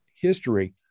history